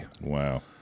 wow